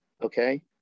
Okay